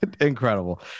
incredible